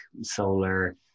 solar